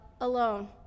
alone